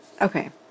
Okay